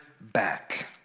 back